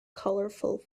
colorful